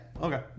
Okay